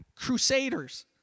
Crusaders